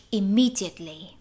immediately